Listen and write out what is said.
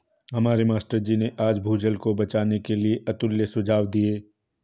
हमारे मास्टर जी ने आज भूजल को बचाने के लिए अतुल्य सुझाव दिए